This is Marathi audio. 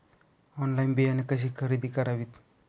ऑनलाइन बियाणे कशी खरेदी करावीत?